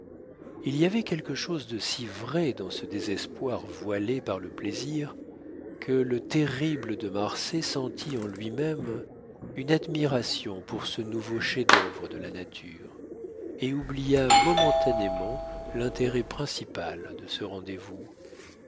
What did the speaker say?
il y avait quelque chose de si vrai dans ce désespoir voilé par le plaisir que le terrible de marsay sentit en lui-même une admiration pour ce nouveau chef-d'œuvre de la nature et oublia momentanément l'intérêt principal de ce rendez-vous